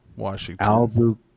washington